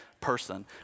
person